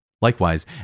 Likewise